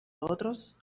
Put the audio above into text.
otros